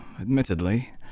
admittedly